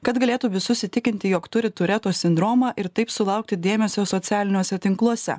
kad galėtų visus įtikinti jog turi tureto sindromą ir taip sulaukti dėmesio socialiniuose tinkluose